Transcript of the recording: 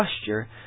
posture